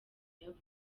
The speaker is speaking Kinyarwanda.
yavuze